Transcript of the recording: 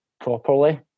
properly